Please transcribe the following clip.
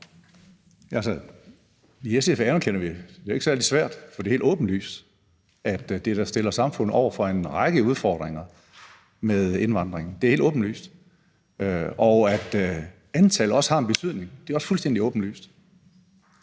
I SF anerkender vi – og det er jo ikke særlig svært, for det er helt åbenlyst – at det da stiller samfundet over for en række udfordringer med indvandringen. Det er helt åbenlyst. Og antallet har også en betydning. Det er også fuldstændig åbenlyst.